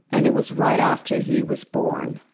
and it was right after he was born.